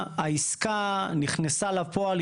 העסקה נכנסה לפועל,